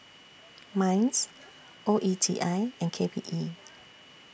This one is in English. Minds O E T I and K P E